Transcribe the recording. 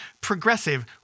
progressive